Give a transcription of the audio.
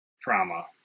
trauma